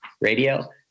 Radio